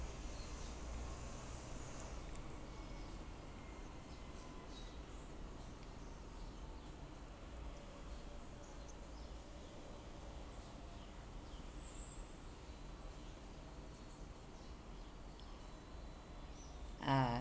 uh